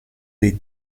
dei